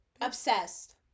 Obsessed